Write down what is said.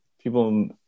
people